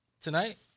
tonight